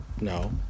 no